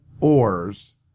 Oars